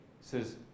says